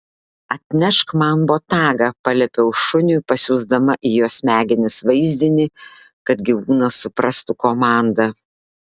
atnešk man botagą paliepiau šuniui pasiųsdama į jo smegenis vaizdinį kad gyvūnas suprastų komandą